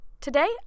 Today